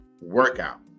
workout